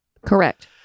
Correct